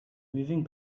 moving